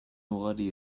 ugari